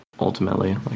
Ultimately